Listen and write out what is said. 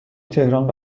تهران